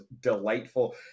delightful